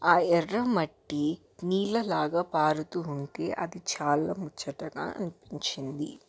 ఆ ఎర్ర మట్టి నీళ్ల లాగా పారుతుంటే అది చాలా ముచ్చటగా అనిపించింది